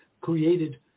created